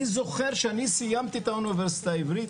אני זוכר שאני סיימתי את האוניברסיטה העברית,